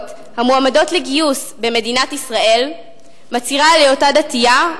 המועמדות לגיוס במדינת ישראל מצהירה על היותה דתייה,